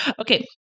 Okay